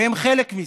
והם חלק מזה,